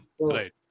Right